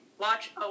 watch